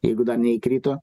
jeigu dar neįkrito